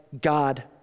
God